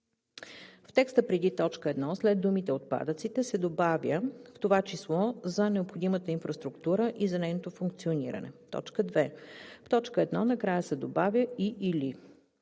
В текста преди т. 1 след думите „отпадъците“ се добавя „в това число за необходимата инфраструктура и за нейното функциониране“; 2. В т. 1 накрая се добавя „и/или“.“